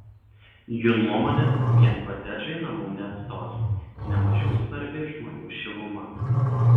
jų nuomone vien kotedžai namų neatstos ne mažiau svarbi žmonių šiluma